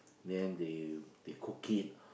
then they they cook it